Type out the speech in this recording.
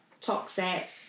toxic